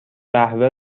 قهوه